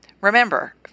Remember